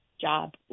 job